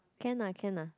can lah can lah